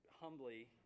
humbly